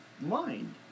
mind